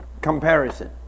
comparison